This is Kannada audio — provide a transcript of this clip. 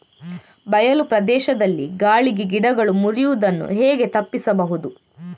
ಬಯಲು ಪ್ರದೇಶದಲ್ಲಿ ಗಾಳಿಗೆ ಗಿಡಗಳು ಮುರಿಯುದನ್ನು ಹೇಗೆ ತಪ್ಪಿಸಬಹುದು?